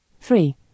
three